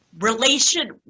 relation